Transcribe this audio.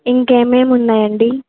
ఇంకా ఏమేమి ఉన్నాయండి